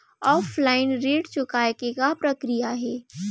Offline ऋण चुकोय के का प्रक्रिया हे?